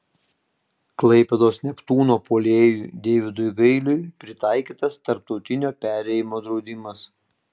klaipėdos neptūno puolėjui deividui gailiui pritaikytas tarptautinio perėjimo draudimas